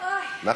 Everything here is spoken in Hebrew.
לרשותך.